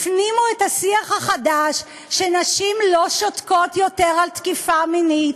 הפנימו את השיח החדש שנשים לא שותקות יותר על תקיפה מינית.